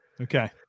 Okay